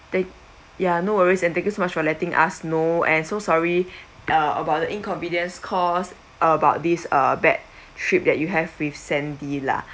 ya no worries and thank you so much for letting us know and so sorry uh about the inconvenience caused about this uh bad trip that you have with sandy lah